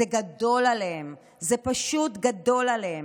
זה גדול עליהם, זה פשוט גדול עליהם.